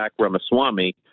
Ramaswamy